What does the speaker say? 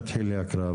תתחילי בהקראה,